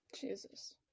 Jesus